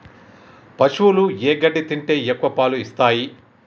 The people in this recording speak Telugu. పశువులు ఏ గడ్డి తింటే ఎక్కువ పాలు ఇస్తాయి?